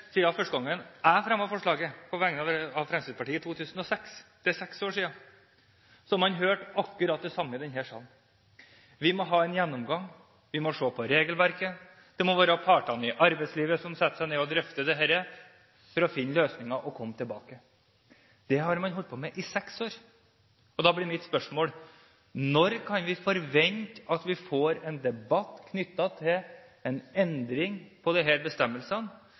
første gang jeg fremmet forslaget på vegne av Fremskrittspartiet i 2006 – det er seks år siden – har hørt akkurat det samme i denne salen: Vi må ha en gjennomgang, vi må se på regelverket, det må være partene i arbeidslivet som setter seg ned og drøfter dette for å finne løsninger og komme tilbake. Det har man holdt på med i seks år. Da blir mitt spørsmål: Når kan vi forvente at vi får en debatt knyttet til